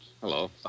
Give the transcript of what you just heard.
Hello